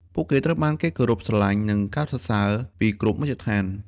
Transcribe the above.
ពួកគេត្រូវបានគេគោរពស្រឡាញ់ និងកោតសរសើរពីគ្រប់មជ្ឈដ្ឋាន។